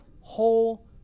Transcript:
whole